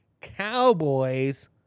Cowboys